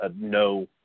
no